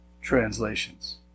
translations